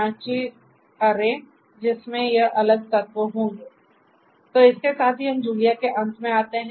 So with this we come to an end of Julia तो इसके साथ ही हम जूलिया के अंत में आते हैं